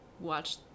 watch